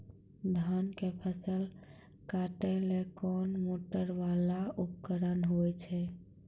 धान के फसल काटैले कोन मोटरवाला उपकरण होय छै?